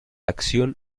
acción